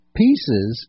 pieces